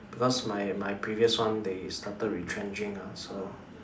because my my previous one they started retrenching lah so